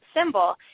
symbol